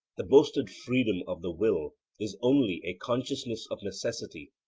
the boasted freedom of the will is only a consciousness of necessity.